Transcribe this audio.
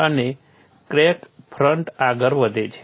અને crack front આગળ વધે છે